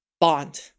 Bond